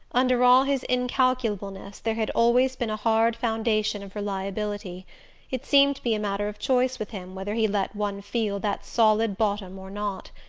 under all his incalculableness there had always been a hard foundation of reliability it seemed to be a matter of choice with him whether he let one feel that solid bottom or not.